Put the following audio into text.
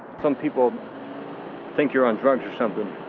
some people think you're on drugs or something